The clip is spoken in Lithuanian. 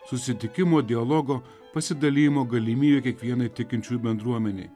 susitikimo dialogo pasidalijimo galimybę kiekvienai tikinčiųjų bendruomenei